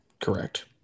Correct